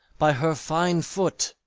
by her fine foot,